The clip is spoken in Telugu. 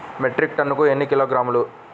మెట్రిక్ టన్నుకు ఎన్ని కిలోగ్రాములు?